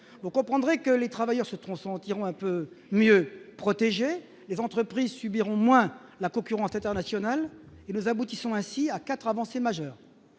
vous comprendrez que les travailleurs ce tronçon en tirant un peu mieux protéger les entreprises subiront moins la concurrence internationale et nous aboutissons ainsi à 4 avancées majeures